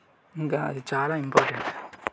ఇంకా అది చాలా ఇంపార్టెంట్